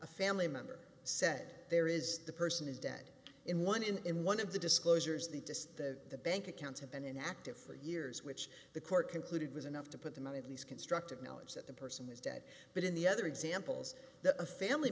a family member said there is the person is dead in one in one of the disclosures the to the bank accounts have been inactive for years which the court concluded was enough to put them out at least constructive knowledge that the person was dead but in the other examples a family